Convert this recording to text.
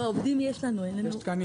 תקנים